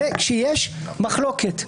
כשיש מחלוקת.